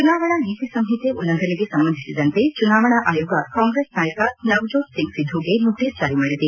ಚುನಾವಣಾ ನೀತಿ ಸಂಹಿತೆ ಉಲ್ಲಂಘನೆಗೆ ಸಂಬಂಧಿಸಿದಂತೆ ಚುನಾವಣಾ ಆಯೋಗ ಕಾಂಗ್ರೆಸ್ ನಾಯಕ ನವಜೋತ್ ಸಿಂಗ್ ಸಿಧುಗೆ ನೋಟೀಸ್ ಜಾರಿ ಮಾಡಿದೆ